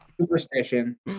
superstition